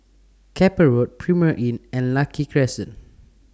Keppel Road Premier Inn and Lucky Crescent